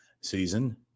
season